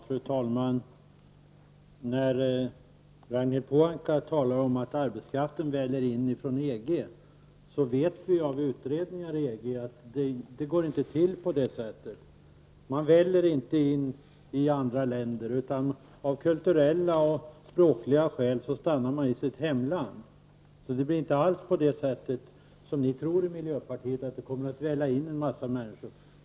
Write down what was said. Fru talman! Ragnhild Pohanka talar om att arbetskraften kommer att välla in från EG, men vi vet genom utredningar i EG att det inte går till på det sättet. Människor väller inte in i andra länder, utan av kulturella och språkliga skäl stannar de i sitt hemland. Det blir inte alls så, som ni tror i miljöpartiet, att det kommer att välla in en massa människor.